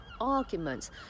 arguments